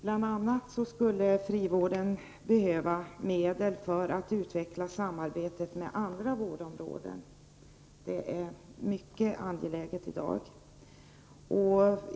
Frivården skulle bl.a. behöva medel för att utveckla samarbetet med andra vårdområden. Det är mycket angeläget i dag.